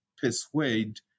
persuade